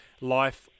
Life